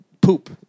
poop